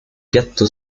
piatto